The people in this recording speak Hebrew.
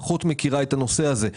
פחות מכירה את הנושא הזה,